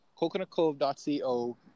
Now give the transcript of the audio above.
coconutcove.co